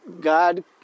God